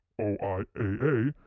OIAA